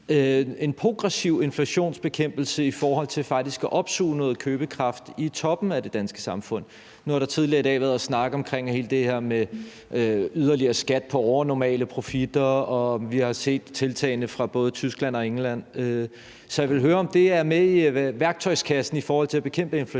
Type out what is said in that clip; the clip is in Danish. en progressiv inflationsbekæmpelse i forhold til faktisk at opsuge noget købekraft i toppen af det danske samfund. Nu har der tidligere i dag været snak om alt det her med yderligere skat på overnormale profitter, og vi har set tiltagene fra både Tyskland og England, så jeg vil høre, om det er med i værktøjskassen i forhold til at bekæmpe inflationen? Kl.